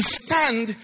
stand